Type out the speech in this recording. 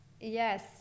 yes